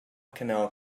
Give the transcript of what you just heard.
canal